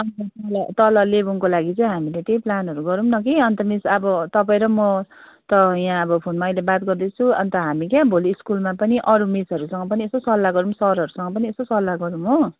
अन्त तल लेबोङको लागि चाहिँ हामीले त्यही प्लानहरू गरौँ न कि अन्त मिस अब तपाईँ र म त यहाँ अब फोनमा अहिले बात गर्दैछौँ अन्त हामी क्या भोलि स्कुलमा पनि अरू मिसहरूसँग पनि यसो सल्लाह गरौँ सरहरूसँग पनि यसो सल्लाह गरौँ हो